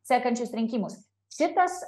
sekančius rinkimus šitas